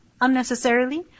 unnecessarily